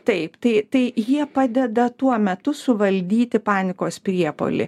taip tai tai jie padeda tuo metu suvaldyti panikos priepuolį